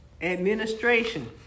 administration